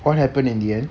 what happened in the end